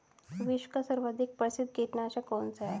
विश्व का सर्वाधिक प्रसिद्ध कीटनाशक कौन सा है?